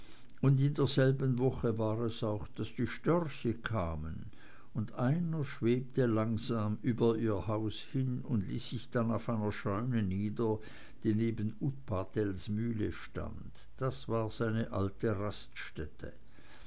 und in derselben woche war es auch daß die störche kamen und einer schwebte langsam über ihr haus hin und ließ sich dann auf einer scheune nieder die neben utpatels mühle stand das war seine alte raststätte